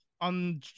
on